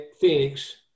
Phoenix